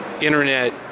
internet